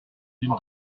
d’une